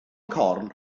corn